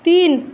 তিন